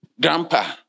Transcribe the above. grandpa